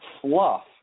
fluff